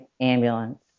ambulance